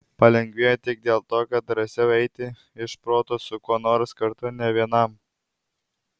palengvėjo tik dėl to kad drąsiau eiti iš proto su kuo nors kartu ne vienam